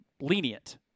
lenient